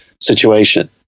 situation